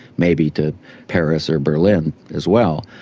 maybe to paris or berlin as well.